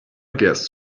guess